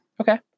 Okay